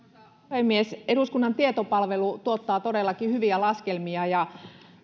puhemies eduskunnan tietopalvelu tuottaa todellakin hyviä laskelmia